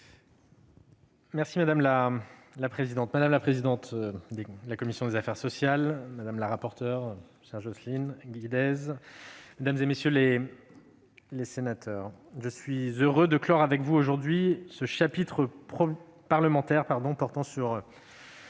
Madame la présidente, madame la présidente de la commission des affaires sociales, madame la rapporteure, chère Jocelyne Guidez, mesdames, messieurs les sénateurs, je suis heureux de clore avec vous aujourd'hui le chapitre parlementaire concernant cette